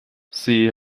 see